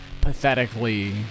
pathetically